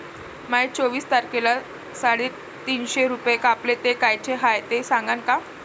माये चोवीस तारखेले साडेतीनशे रूपे कापले, ते कायचे हाय ते सांगान का?